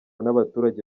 n’abaturage